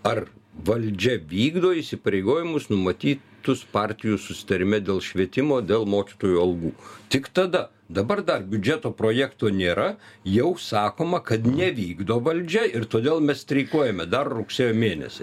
ar valdžia vykdo įsipareigojimus numatytus partijų susitarime dėl švietimo dėl mokytojų algų tik tada dabar dar biudžeto projekto nėra jau sakoma kad nevykdo valdžia ir todėl mes streikuojame dar rugsėjo mėnesį